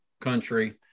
country